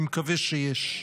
אני מקווה שיש.